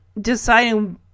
deciding